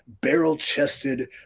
barrel-chested